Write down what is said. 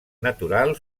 natural